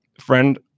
friend